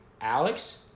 Alex